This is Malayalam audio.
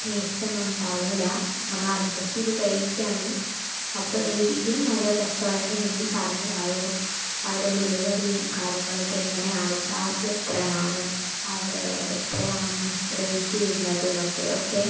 ടേസ്റ്റൊന്നും ഉണ്ടാവില്ല നമ്മൾ അഡ്ജസ്റ്റ് ചെയ്ത് കഴിക്കുകയാണ് അപ്പം ഏതെങ്കിലും നല്ല റസ്റ്റോറൻറ് ഉണ്ടെങ്കിൽ പറഞ്ഞു തായോ അവിടെ ഡെലിവറിയും കാര്യങ്ങളൊക്കെ എങ്ങനെയാണ് ചാർജ് എത്രയാണ് അവിടെ എത്രയാണ് റേറ്റ് വരുന്നത് എന്നൊക്കെ ഓക്കെ